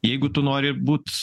jeigu tu nori būt